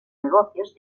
negocios